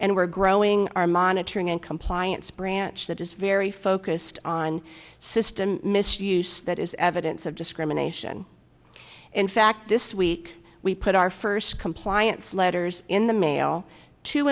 and we're growing our monitoring and compliance branch that is very focused on system misuse that is evidence of discrimination in fact this week we put our first compliance letters in the mail to